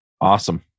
Awesome